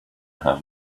have